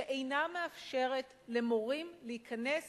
שאינה מאפשרת למורים להיכנס